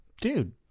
Dude